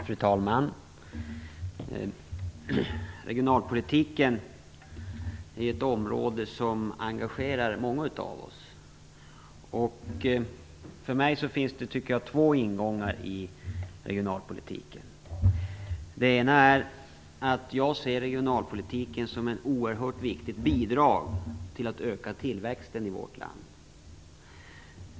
Fru talman! Regionalpolitiken är ett område som engagerar många av oss. För mig finns det två delar av regionalpolitiken. Den ena är att jag ser regionalpolitiken som ett oerhört viktigt bidrag till att öka tillväxten i vårt land.